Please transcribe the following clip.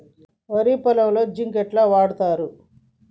వరి పొలంలో జింక్ ఎట్లా వాడుతరు?